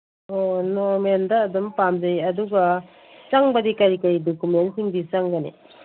ꯑꯣ ꯅꯣꯔꯃꯦꯜꯗ ꯑꯗꯨꯝ ꯄꯥꯝꯖꯩ ꯑꯗꯨꯒ ꯆꯪꯕꯗꯤ ꯀꯔꯤ ꯀꯔꯤ ꯗꯣꯀꯨꯃꯦꯟꯁꯤꯡꯗꯤ ꯆꯪꯒꯅꯤ